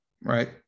right